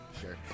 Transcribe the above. Sure